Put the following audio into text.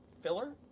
filler